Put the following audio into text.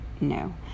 no